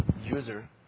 user